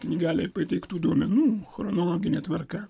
knygelėje pateiktų duomenų chronologine tvarka